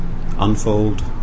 unfold